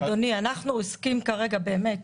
אדוני, אנחנו עוסקים כרגע באמת